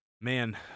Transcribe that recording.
Man